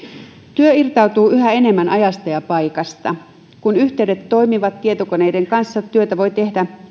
työ irtautuu yhä enemmän ajasta ja paikasta kun yhteydet toimivat tietokoneiden kanssa voi tehdä